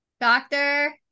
Doctor